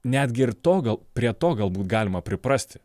netgi ir to gal prie to galbūt galima priprasti